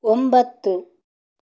ಒಂಬತ್ತು